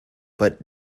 but